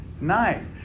night